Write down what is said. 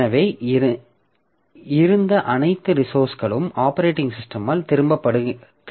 எனவே இருந்த அனைத்து ரிசோர்ஸ்களும் ஆப்பரேட்டிங் சிஸ்டமால் திரும்பப் பெறப்படுகின்றன